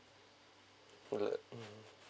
or like mm